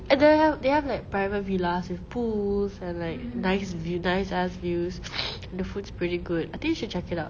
eh they have they have like private villas with pools and like nice vi~ nice ass views and the food's pretty good I think you should check it out